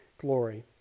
glory